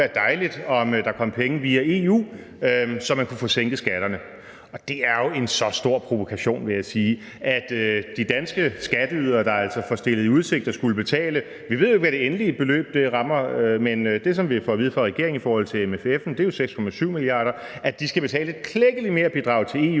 være dejligt, om der kom penge via EU, så man kunne få sænket skatterne. Det er jo en stor provokation, vil jeg sige, som de danske skatteydere altså får stillet i udsigt at skulle betale. Vi ved jo ikke, hvad det endelige beløb rammer, men det, vi har fået at vide af regeringen, i forhold til MFF'en, er 6,7 mia. kr., altså at der skal betales et klækkeligt merbidrag til EU,